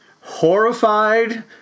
horrified